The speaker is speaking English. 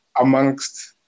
amongst